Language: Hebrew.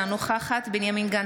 אינה נוכחת בנימין גנץ,